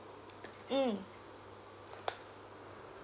mm